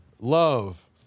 Love